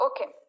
Okay